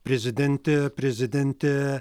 prezidentė prezidentė